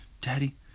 Daddy